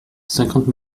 cinquante